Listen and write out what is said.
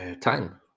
time